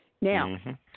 Now